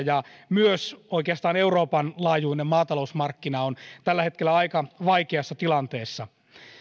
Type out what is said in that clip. ja myös oikeastaan euroopan laajuinen maatalousmarkkina on tällä hetkellä aika vaikeassa tilanteessa